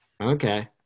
Okay